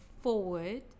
forward